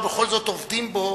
ובכל זאת עובדים בו,